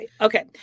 Okay